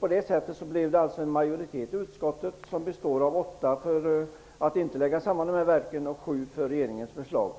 På så sätt blev det i utskottet en majoritet om 8 röster för att inte slå samman dessa verk, mot 7 När förslagen